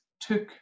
took